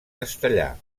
castellà